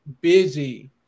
busy